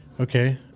okay